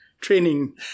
training